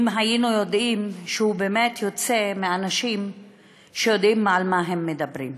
אם היינו יודעים שהוא באמת יוצא מאנשים שיודעים על מה הם מדברים.